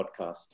podcast